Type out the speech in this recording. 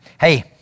Hey